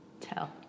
tell